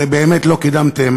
הרי באמת לא קידמתם